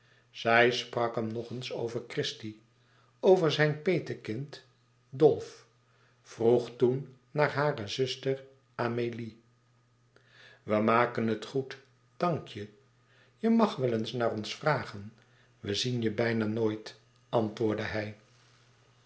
zij sprak hem nog eens over christie over zijn petekind dolf vroeg toen naar hare zuster amélie we maken het goed dank je je mag wel eens naar ons vragen we zien je bijna nooit antwoordde hij